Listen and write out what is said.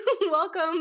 welcome